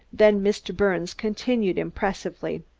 then mr. birnes continued impressively